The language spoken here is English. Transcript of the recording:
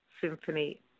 symphony